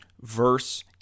verse